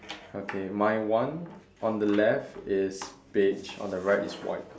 okay my one on the left is beige on the right is white